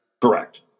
Correct